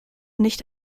nicht